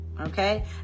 Okay